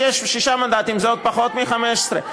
שישה מנדטים זה עוד פחות מ-15.